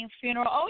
funeral